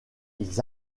ils